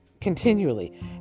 continually